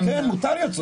מותר להיות צודק.